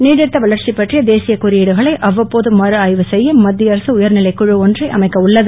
நீடித்த வளர்ச்சி பற்றிய தேசியக் குறியீடுகளை அவ்வப்போது மறு ஆய்வு செய்ய மத்திய அரசு உயர்நிலைக் குழு ஒன்றை அமைக்க உள்ளது